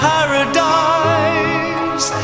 Paradise